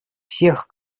всех